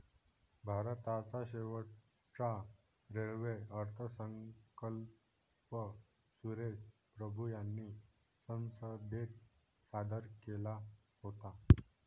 भारताचा शेवटचा रेल्वे अर्थसंकल्प सुरेश प्रभू यांनी संसदेत सादर केला होता